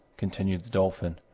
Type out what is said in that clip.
continued the dolphin.